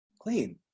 clean